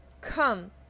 Come